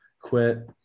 quit